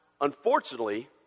unfortunately